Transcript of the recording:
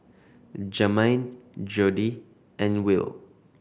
Jermain Jordi and Will